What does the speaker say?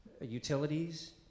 utilities